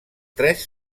tres